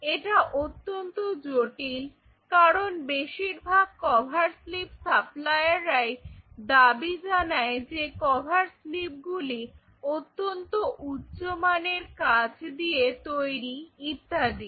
এটা অত্যন্ত জটিল কারণ বেশিরভাগ কভার স্লিপ সাপ্লায়াররাই দাবি জানায় যে কভার স্লিপ গুলি অত্যন্ত উচ্চ মানের কাঁচ দিয়ে তৈরি ইত্যাদি